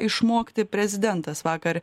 išmokti prezidentas vakar